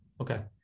okay